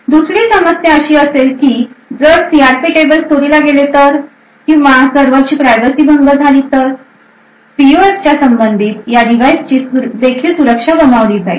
दुसरी समस्या अशी असेल की जर सीआरपी टेबल चोरीला गेले किंवा सर्व्हरची प्रायव्हसी भंग झाली तर पीयूएफ च्या संबंधित या डिव्हाईसची देखील सुरक्षा गमावली जाईल